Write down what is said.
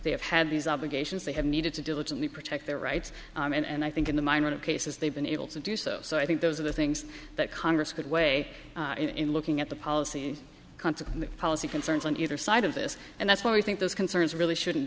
have had these obligations they have needed to diligently protect their rights and i think in the mind of cases they've been able to do so so i think those are the things that congress could weigh in looking at the policy and consequent policy concerns on either side of this and that's why i think those concerns really shouldn't